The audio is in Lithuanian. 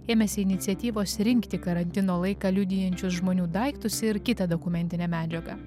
ėmėsi iniciatyvos rinkti karantino laiką liudijančius žmonių daiktus ir kitą dokumentinę medžiagą